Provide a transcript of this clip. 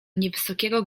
niewysokiego